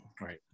right